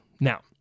now